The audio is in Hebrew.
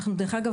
דרך אגב,